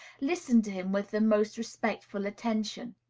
listen to him with the most respectful attention.